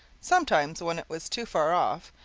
sometimes when it was too far off,